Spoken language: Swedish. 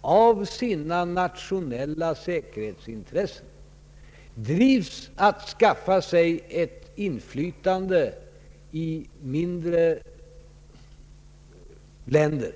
av sina nationella säkerhetsintressen drivs att skaffa sig inflytande i mindre länder.